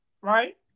right